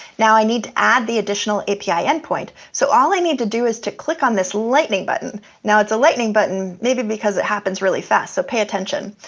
now, i need to add the additional api endpoint. so all i need to do is to click on this lightning button. now, it's a lightening button, maybe because it happens really fast. so pay attention.